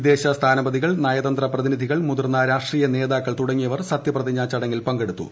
വിദേശ സ്ഥാനപതികൾ നയതന്ത്ര പ്രതിധികൾ മുതിർന്ന രാഷ്ട്രീയ നേതാക്കൾ തുടങ്ങിയവർ സത്യപ്രതിജ്ഞാ ചടങ്ങിൽ പങ്കെടുത്തു